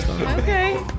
Okay